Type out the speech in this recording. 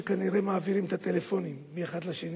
שכנראה מעבירים את הטלפונים מאחד לשני.